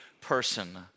person